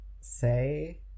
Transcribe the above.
say